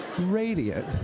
radiant